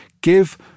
give